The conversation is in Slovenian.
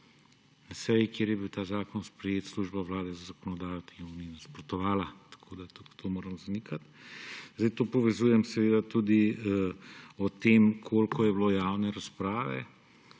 Na seji, kjer je bil ta zakon sprejet, Služba Vlade za zakonodajo temu ni nasprotovala, tudi to moram zanikati. To povezujem tudi s tem, koliko je bilo javne razprave.